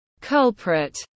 culprit